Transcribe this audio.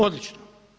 Odlično.